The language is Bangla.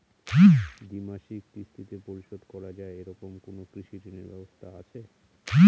দ্বিমাসিক কিস্তিতে পরিশোধ করা য়ায় এরকম কোনো কৃষি ঋণের ব্যবস্থা আছে?